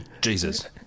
Jesus